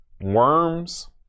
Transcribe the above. Worms